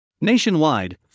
Nationwide